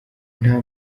nta